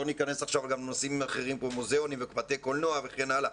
לא ניכנס לנושאים אחרים כמו מוזיאונים ובתי קולנוע וכן הלאה,